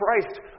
Christ